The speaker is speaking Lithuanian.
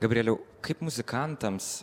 gabrieliau kaip muzikantams